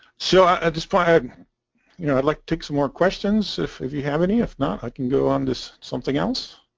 so i had aspired you know i'd like to take some more questions if if you have any if not i can go on this something else